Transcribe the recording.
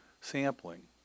sampling